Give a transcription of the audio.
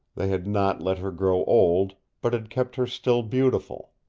they had not let her grow old, but had kept her still beautiful.